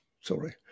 sorry